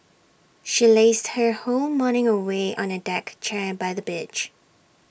she lazed her whole morning away on A deck chair by the beach